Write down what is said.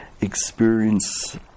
experience